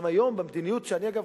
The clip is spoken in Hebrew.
גם היום במדיניות אגב,